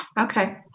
Okay